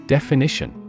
Definition